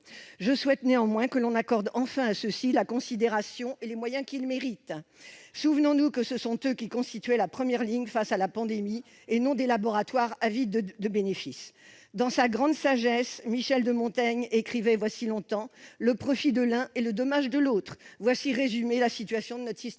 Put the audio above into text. Je souhaite néanmoins que l'on accorde enfin à ceux-ci la considération et les moyens qu'ils méritent. Souvenons-nous que ce sont eux qui constituaient la première ligne face à la pandémie et non des laboratoires avides de bénéfices. Dans sa grande sagesse, Michel de Montaigne écrivait il y a longtemps :« Le profit de l'un est le dommage de l'autre. » Voilà résumé la situation de notre système